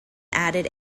added